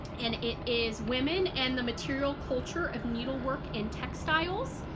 and it is, women and the material culture of needlework and textiles